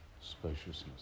spaciousness